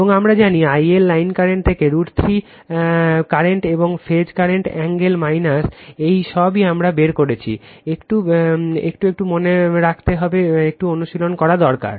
এবং আমরা জানি IL লাইন কারেন্ট থেকে √ 3 কারেন্ট এবং ফেজ কারেন্ট অ্যাঙ্গেল এই সবই আমরা বের করেছি একটু একটু করে মনে রাখতে হবে একটু অনুশীলন করা দরকার